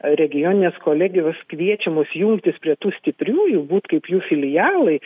regioninės kolegijos kviečiamos jungtis prie tų stipriųjų būti kaip jų filialai